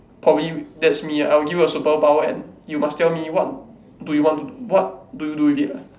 probably that's me ah I will give a superpower and you must tell me what do you want to d~ what do you do with it ah